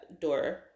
door